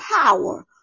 power